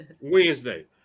Wednesday